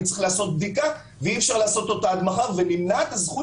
אני צריך לעשות בדיקה ואי אפשר לעשות אותה עד מחר ונמנעת הזכות